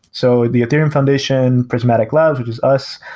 so the ethereum foundation prysmatic labs, which is us,